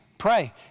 Pray